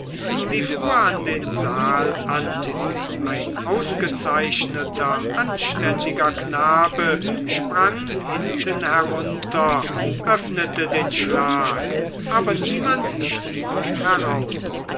sie fuhr an den saal an ein ausgezeichneter anständiger knabe sprang hinten herunter öffnete den schlag aber niemand stieg heraus